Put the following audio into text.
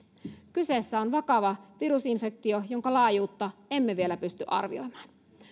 kyseessä on vakava virusinfektio jonka laajuutta emme vielä pysty arvioimaan